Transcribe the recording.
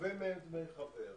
גובה מהם דמי חבר,